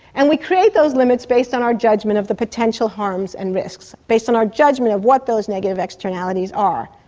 and we create those limits based on our judgement of the potential harms and risks, based on our judgement of what those negative externalities are.